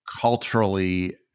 culturally